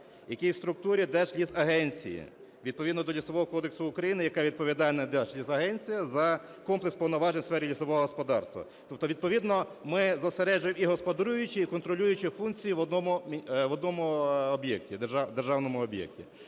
який в структурі Держлісагенції відповідно до Лісового кодексу України, яка відповідальна Держлісагенція за комплекс повноважень у сфері лісового господарства. Тобто відповідно ми зосереджуємо і господарюючі, і контролюючі функції в одному об'єкті, державному об'єкті.